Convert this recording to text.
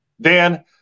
Dan